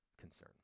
concern